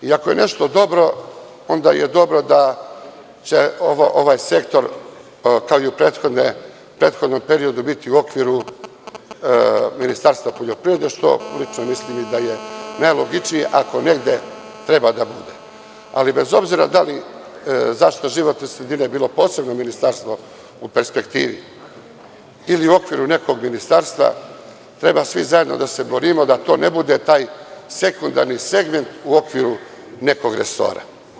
Ako je nešto dobro, onda je dobro da će ovaj sektor kao i u prethodnom periodu biti u okviru Ministarstva poljoprivrede, što lično mislim da je najlogičnije ako negde treba da bude, ali bez obzira da li zaštita životne sredine je bilo posebno Ministarstvo u perspektivi ili u okviru nekog Ministarstva treba svi zajedno da se borimo da to ne bude taj sekundarni segment u okviru nekog resora.